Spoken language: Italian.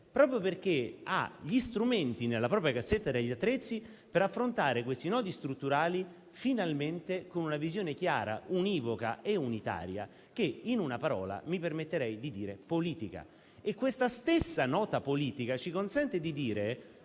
proprio perché ha gli strumenti nella propria cassetta degli attrezzi per affrontarli finalmente con una visione chiara, univoca e unitaria, che in una parola mi permetterei di definire politica. Questa stessa nota politica ci consente di dire,